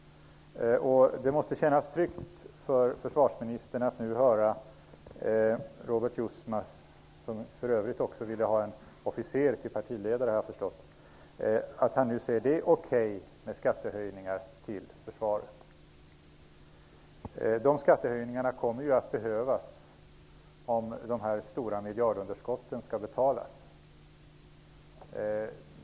Det måste kännas tryggt för försvarsministern att nu höra Robert Jousma -- som för övrigt också ville ha en officer till partiledare, har jag förstått -- säga att det är okej med skattehöjningar som går till försvaret. Sådana skattehöjningar kommer ju att behövas om de stora miljardunderskotten skall kunna betalas.